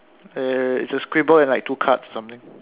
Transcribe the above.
err it's a scribble and like two cards or something